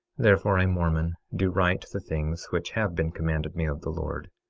therefore i, mormon, do write the things which have been commanded me of the lord.